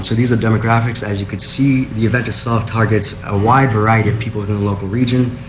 so these are demographics as you can see the event is soft target. ah wide variety of people in a local region.